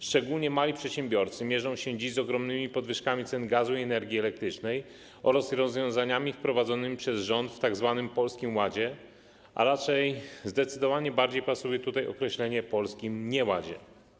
Szczególnie mali przedsiębiorcy mierzą się dziś z ogromnymi podwyżkami cen gazu i energii elektrycznej oraz rozwiązaniami wprowadzonymi przez rząd w tzw. Polskim Ładzie, a raczej zdecydowanie bardziej pasuje tutaj określenie: polskim nieładzie.